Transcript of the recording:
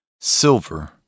Silver